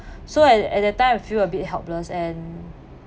so at at that time I feel a bit helpless and